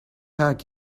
hug